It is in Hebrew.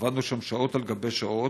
עבדנו שם שעות על גבי שעות,